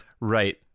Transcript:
Right